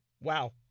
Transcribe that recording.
Wow